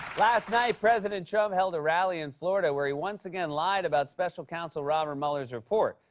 last night, president trump held a rally in florida where he once again lied about special counsel robert mueller's report,